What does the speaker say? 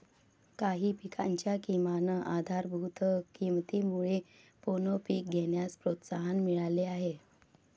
काही पिकांच्या किमान आधारभूत किमतीमुळे मोनोपीक घेण्यास प्रोत्साहन मिळाले आहे